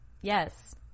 Yes